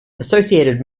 associated